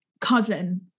cousin